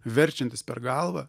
verčiantis per galvą